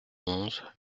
onze